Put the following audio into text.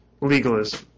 legalism